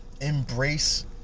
embrace